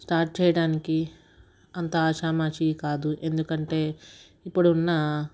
start చేయడానికి అంత ఆషామాషి కాదు ఎందుకంటే ఇప్పుడు ఉన్న